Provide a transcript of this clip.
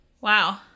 Wow